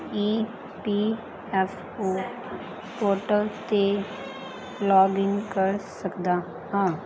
ਈ P F O portal 'ਤੇ login ਕਰ ਸਕਦਾ ਹਾਂ